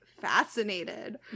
fascinated